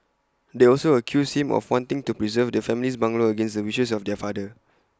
they also accused him of wanting to preserve the family's bungalow against the wishes of their father